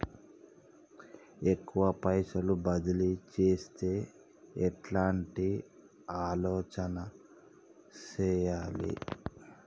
ఎక్కువ పైసలు బదిలీ చేత్తే ఎట్లాంటి ఆలోచన సేయాలి?